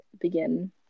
begin